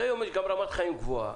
היום יש רמת חיים גבוהה